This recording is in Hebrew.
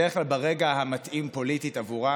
בדרך כלל ברגע המתאים פוליטית בעבורם,